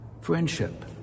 Friendship